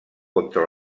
contra